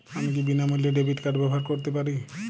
আমি কি বিনামূল্যে ডেবিট কার্ড ব্যাবহার করতে পারি?